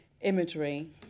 imagery